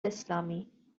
اسلامی